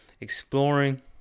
exploring